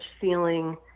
feeling